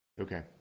Okay